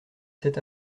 cet